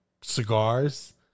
cigars